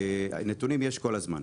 נתונים יש כל הזמן.